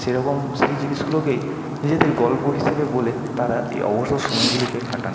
সেরকম সেই জিনিসগুলোকেই নিজেদের গল্প হিসেবে বলে তারা এই অবসর সময়গুলিকে কাটান